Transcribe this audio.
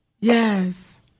Yes